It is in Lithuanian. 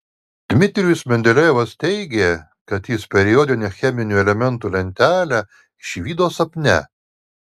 dmitrijus mendelejevas teigė kad jis periodinę cheminių elementų lentelę išvydo sapne